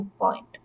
point